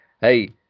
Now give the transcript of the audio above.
Hey